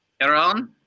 Aaron